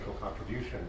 contribution